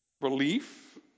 Relief